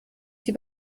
sie